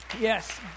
Yes